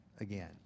again